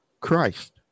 Christ